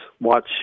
watch